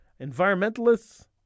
environmentalists